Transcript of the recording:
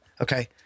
okay